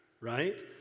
Right